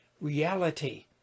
reality